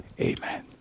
amen